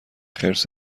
خرس